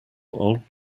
old